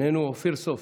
איננו, אופיר סופר,